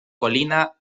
colina